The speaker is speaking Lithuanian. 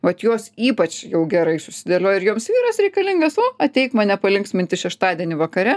vat jos ypač gerai susidėlioja ir joms vyras reikalingas o ateik mane palinksminti šeštadienį vakare